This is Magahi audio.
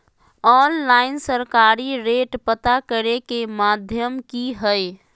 ऑनलाइन सरकारी रेट पता करे के माध्यम की हय?